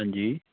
ਹਾਂਜੀ